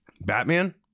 Batman